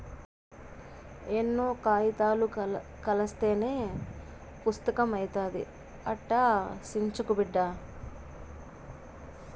ఎన్నో కాయితాలు కలస్తేనే పుస్తకం అయితాది, అట్టా సించకు బిడ్డా